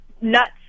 nuts